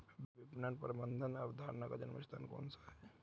विपणन प्रबंध अवधारणा का जन्म स्थान कौन सा है?